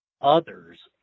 others